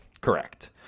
Correct